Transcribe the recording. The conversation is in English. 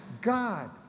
God